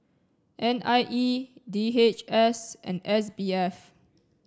N I E D H S and S B F